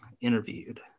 interviewed